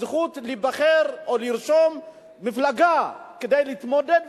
הזכות להיבחר או לרשום מפלגה כדי להתמודד,